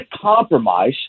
compromise